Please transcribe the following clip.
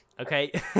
Okay